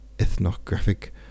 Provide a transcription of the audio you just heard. ethnographic